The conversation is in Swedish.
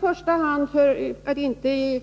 För att inte